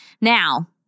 Now